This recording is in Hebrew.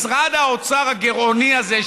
משרד האוצר הגירעוני הזה,